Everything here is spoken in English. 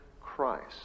Christ